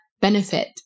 Benefit